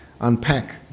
unpack